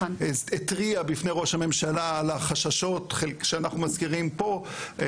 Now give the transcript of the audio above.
התריע בפני ראש הממשלה על החששות שאנחנו מזכירים פה,